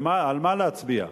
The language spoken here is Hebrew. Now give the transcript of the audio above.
על מה להצביע?